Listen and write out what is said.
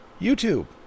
YouTube